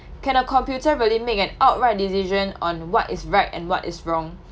can a computer really make an outright decision on what is right and what is wrong